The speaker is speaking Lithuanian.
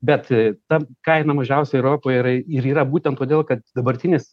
bet a ta kaina mažiausia europoje yra ir yra būtent todėl kad dabartinis